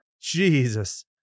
Jesus